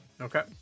Okay